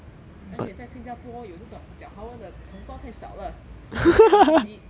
而且在新加坡有这种讲华文的同胞太少了你看看你自己